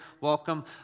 Welcome